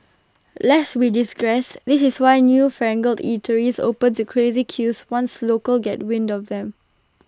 lest we digress this is why newfangled eateries open to crazy queues once locals get wind of them